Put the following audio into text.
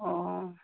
অঁ